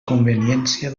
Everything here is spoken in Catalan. conveniència